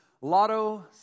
lotto